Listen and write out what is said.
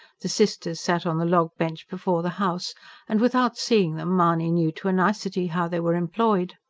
the sisters sat on the log-bench before the house and, without seeing them, mahony knew to a nicety how they were employed.